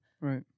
right